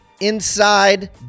inside